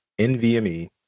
NVMe